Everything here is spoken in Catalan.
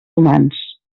humans